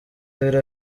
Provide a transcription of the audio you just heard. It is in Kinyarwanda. abiri